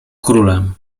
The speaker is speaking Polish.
królem